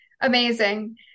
Amazing